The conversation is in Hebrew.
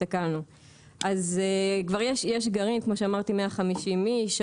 אז כבר יש גרעין, כמו שאמרתי, 150 איש.